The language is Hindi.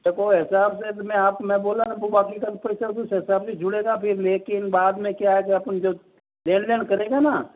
अब वो ऐसा हो गया तो मैं आप मैं बोला ना कि बाकि का पैसा कुछ हिसाब जुड़ेगा फिर लेकिन बाद में क्या है कि अपन जो लेन देन करेंगे ना